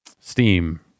Steam